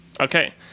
Okay